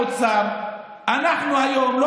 למה לא אומרים לאוצר: אנחנו היום לא